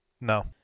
No